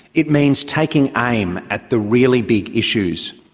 it means taking aim at the really big issues.